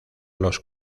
los